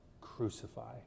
crucify